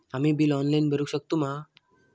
आम्ही bill online भरुक शकतू मा?